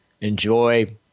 enjoy